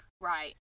right